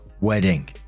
wedding